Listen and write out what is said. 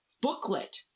booklet